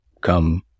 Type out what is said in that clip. come